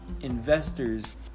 investors